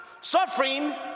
Suffering